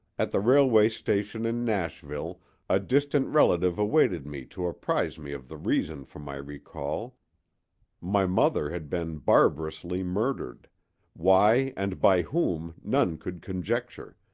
at the railway station in nashville a distant relative awaited me to apprise me of the reason for my recall my mother had been barbarously murdered why and by whom none could conjecture,